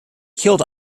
killed